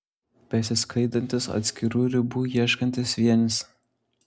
besiskaidantis atskirų ribų ieškantis vienis